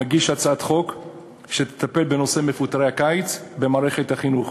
מגיש הצעת חוק שתטפל בנושא מפוטרי הקיץ במערכת החינוך.